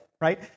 right